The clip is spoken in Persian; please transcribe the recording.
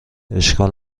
اشکال